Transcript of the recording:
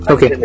Okay